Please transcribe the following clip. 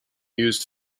used